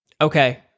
okay